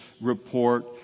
report